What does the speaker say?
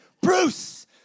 Bruce